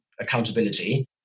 accountability